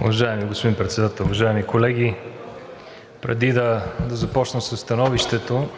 Уважаеми господин Председател, уважаеми колеги! Преди да започна със становището,